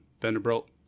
Vanderbilt